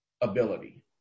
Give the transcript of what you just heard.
ability